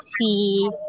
see